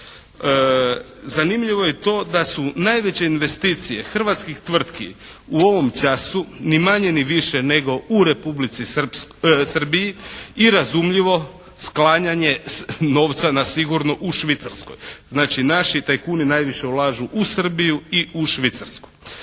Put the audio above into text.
Zanimljivo je i to da su najveće investicije hrvatskih tvrtki u ovom času ni manje ni više nego u Republici Srbiji i razumljivo sklanjanje novca na sigurno u Švicarskoj. Znači, naši tajkuni najviše ulažu u Srbiju i u Švicarsku.